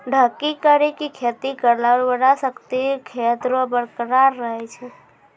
ढकी करी के खेती करला उर्वरा शक्ति खेत रो बरकरार रहे छै